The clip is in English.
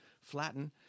Flatten